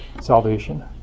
salvation